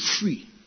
free